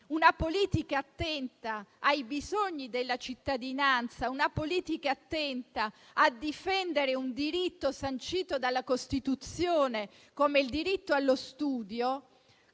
una politica attenta ai bisogni della cittadinanza, una politica attenta a difendere un diritto sancito dalla Costituzione, come il diritto allo studio.